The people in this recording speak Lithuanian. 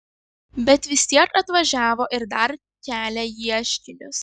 bet vis tiek atvažiavo ir dar kelia ieškinius